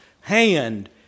hand